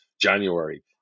January